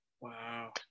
wow